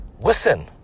Listen